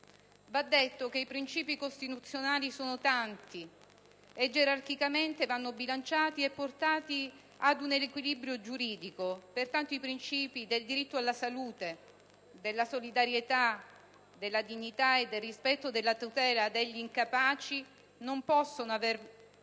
Va detto che i principi costituzionali sono tanti e, gerarchicamente, vanno bilanciati e portati ad un equilibrio giuridico. Pertanto, i principi del diritto alla salute, della solidarietà, della dignità e del rispetto della tutela degli incapaci non possono avere minore